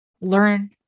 learn